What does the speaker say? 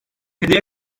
hediye